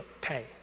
pay